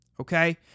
Okay